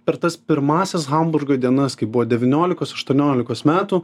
per tas pirmąsias hamburgo dienas kai buvo devyniolikos aštuoniolikos metų